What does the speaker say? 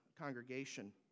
congregation